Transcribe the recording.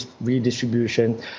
redistribution